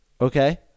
Okay